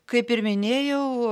kaip ir minėjau